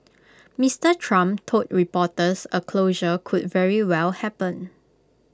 Mister Trump told reporters A closure could very well happen